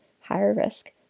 higher-risk